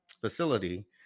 facility